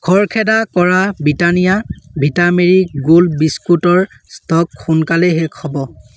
খৰখেদা কৰা Britannia Vita Marie Gold বিস্কুটৰ ষ্টক সোনকালেই শেষ হ'ব